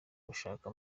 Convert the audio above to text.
gushaka